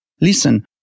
Listen